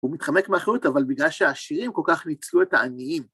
הוא מתחמק מאחריות, אבל בגלל שהעשירים כל כך ניצלו את העניים.